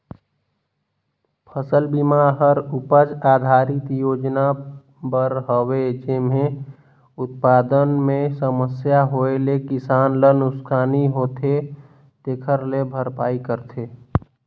फसल बिमा हर उपज आधरित योजना बर हवे जेम्हे उत्पादन मे समस्या होए ले किसान ल नुकसानी होथे तेखर भरपाई करथे